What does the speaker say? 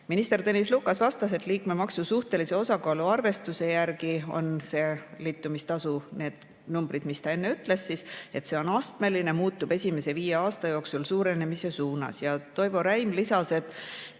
Minister Tõnis Lukas vastas, et liikmemaksu suhtelise osakaalu arvestuse järgi on see liitumistasu – need numbrid, mis ta enne ütles – astmeline, see muutub esimese viie aasta jooksul suurenemise suunas. Toivo Räim lisas, et